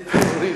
בפנים.